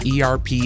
ERP